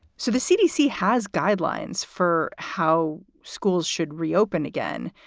so the cdc has guidelines for how schools should reopen again,